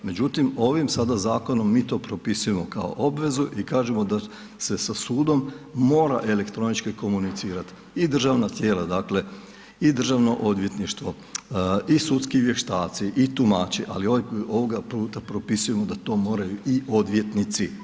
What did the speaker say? Međutim, ovim sada to zakonom mi to propisujemo kao obvezu i kažemo da se sa sudom mora elektronički komunicirati i državna tijela dakle i državno odvjetništvo i sudski vještaci i tumači, ali ovoga puta propisujemo da to moraju i odvjetnici.